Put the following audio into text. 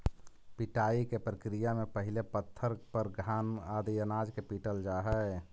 पिटाई के प्रक्रिया में पहिले पत्थर पर घान आदि अनाज के पीटल जा हइ